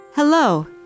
Hello